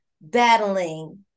battling